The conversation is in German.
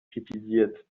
kritisiert